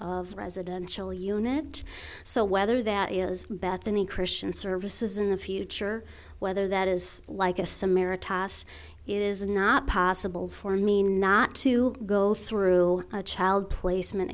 of residential unit so whether that is bethany christian services in the future whether that is like a some merit it is not possible for me not to go through a child placement